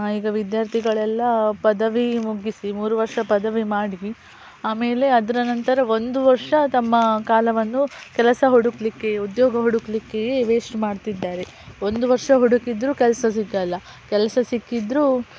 ಈಗ ವಿದ್ಯಾರ್ಥಿಗಳೆಲ್ಲ ಪದವಿ ಮುಗಿಸಿ ಮೂರು ವರ್ಷ ಪದವಿ ಮಾಡಿ ಆಮೇಲೆ ಅದರ ನಂತರ ಒಂದು ವರ್ಷ ತಮ್ಮ ಕಾಲವನ್ನು ಕೆಲಸ ಹುಡುಕಲಿಕ್ಕೆ ಉದ್ಯೋಗ ಹುಡುಕಲಿಕ್ಕೆ ವೇಸ್ಟ್ ಮಾಡ್ತಿದ್ದಾರೆ ಒಂದು ವರ್ಷ ಹುಡುಕಿದರು ಕೆಲಸ ಸಿಗಲ್ಲ ಕೆಲಸ ಸಿಕ್ಕಿದರು